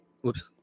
whoops